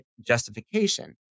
justification